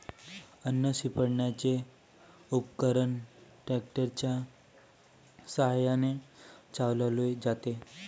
अन्न शिंपडण्याचे उपकरण ट्रॅक्टर च्या साहाय्याने चालवले जाते